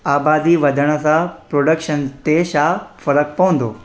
आबादी वधण सां प्रोडक्शन ते छा फ़र्क़ु पवंदो